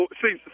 see